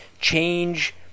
change